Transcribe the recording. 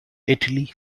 italy